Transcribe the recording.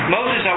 Moses